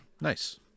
Nice